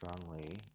strongly